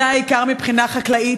זה העיקר מבחינה חקלאית,